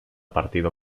partido